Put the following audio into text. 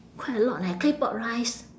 quite a lot leh claypot rice